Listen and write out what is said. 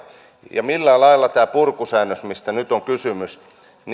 ja millään lailla tämä purkusäännös mistä nyt on kysymys